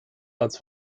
als